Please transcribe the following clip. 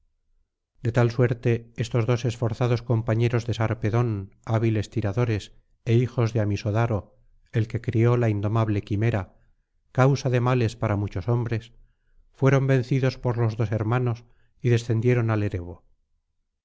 de tal suerte estos dos esfor zados compañeros de sarpedón hábiles tiradores é hijos de amisodaro el que crió la indomable quimera causa de males para muchos hombres fueron vencidos por los dos hermanos y descendieron al erebo